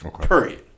Period